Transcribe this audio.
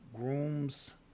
Grooms